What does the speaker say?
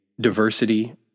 diversity